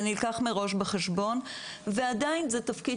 זה נלקח מראש בחשבון ועדיין זה תפקיד